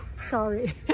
Sorry